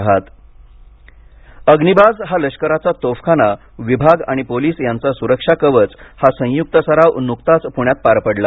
अग्निबाज अग्निबाज हा लष्कराचा तोफखाना विभाग आणि पोलिस यांचा सुरक्षा कवच हा संयुक्त सराव नुकताच पुण्यात पार पडला